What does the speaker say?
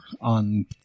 on